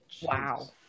Wow